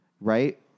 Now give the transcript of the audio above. Right